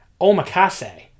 OMAKASE